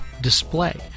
display